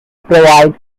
provide